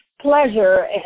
pleasure